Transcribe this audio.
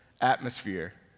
atmosphere